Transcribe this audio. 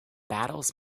battles